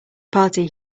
party